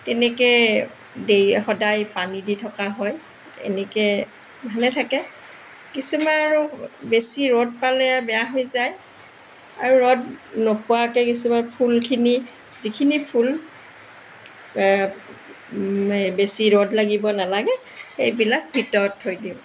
তেনেকৈ দেই সদায় পানী দি থকা হয় এনেকৈ ভালে থাকে কিছুমান আৰু বেছি ৰ'দ পালে বেয়া হৈ যায় আৰু ৰ'দ নোপোৱাকৈ কিছুমান ফুলখিনি যিখিনি ফুল বেছি ৰ'দ লাগিব নালাগে সেইবিলাক ভিতৰত থৈ দিওঁ